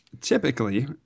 typically